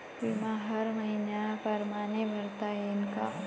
बिमा हर मइन्या परमाने भरता येऊन का?